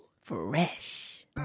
Fresh